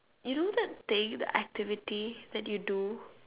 you know that thing that activity that you do